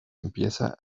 empieza